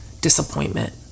disappointment